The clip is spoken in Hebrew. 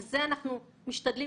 אנחנו משתדלים